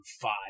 five